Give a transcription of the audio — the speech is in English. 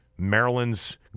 Maryland's